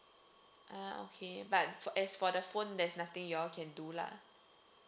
ah okay but as for the phone there's nothing y'all can do lah